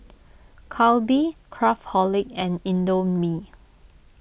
Calbee Craftholic and Indomie